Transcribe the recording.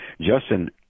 Justin